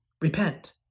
repent